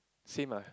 same ah